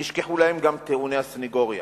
נשכחו אצלם גם טיעוני הסניגוריה.